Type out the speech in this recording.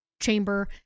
chamber